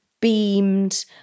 beamed